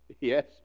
Yes